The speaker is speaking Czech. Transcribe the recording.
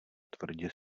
tvrdě